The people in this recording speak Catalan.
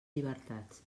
llibertats